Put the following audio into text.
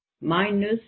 minus